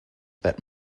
that